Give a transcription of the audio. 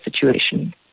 situation